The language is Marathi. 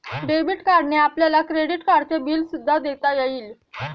डेबिट कार्डने आपल्याला क्रेडिट कार्डचे बिल सुद्धा देता येईल